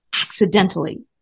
accidentally